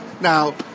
Now